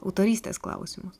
autorystės klausimus